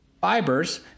fibers